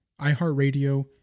iHeartRadio